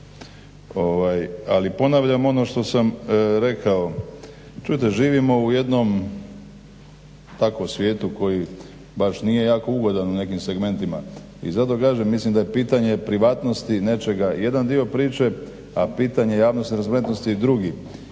Ali ponavljam ono što sam rekao, čujte živimo u jednom tako svijetu koji baš nije jako ugodan u nekim segmentima i zato kažem mislim da je pitanje privatnosti nečega jedan dio priče, a pitanje javnosti … je drugi